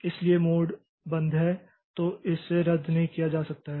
इसलिए मोड बंद है तो इसे रद्द नहीं किया जा सकता है